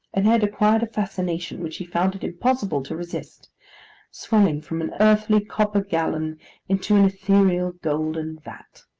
and had acquired a fascination which he found it impossible to resist swelling from an earthly copper gallon into an ethereal golden vat.